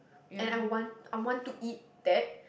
and I want I want to eat that